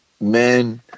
men